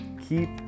keep